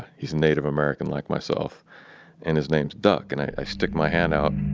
he's a native american like myself and his name's duck and i stick my hand out.